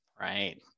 Right